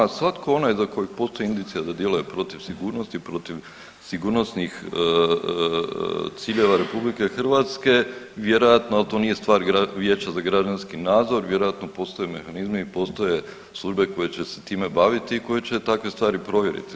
Svatko onaj za kojeg postoji indicija da djeluje protiv sigurnosti, protiv sigurnosnih ciljeva RH vjerojatno da to nije stvar Vijeća za građanski nadzor, vjerojatno postoje mehanizmi i postoje službe koje će se time baviti i koje će takve stvari provjeriti.